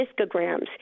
discograms